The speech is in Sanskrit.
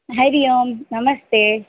हरिः ओं नमस्ते